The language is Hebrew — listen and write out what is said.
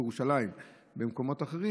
בירושלים ובמקומות אחרים.